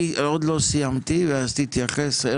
עוד לא סיימתי, כשאסיים תתייחס.